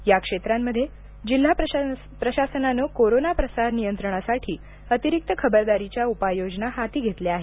या क्षेत्रांमध्ये जिल्हा प्रशासनानं कोरोना प्रसासर नियंत्रणासाठी अतिरिक्त खबरदारीच्या उपाययोजना हाती घेतल्या आहेत